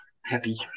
happy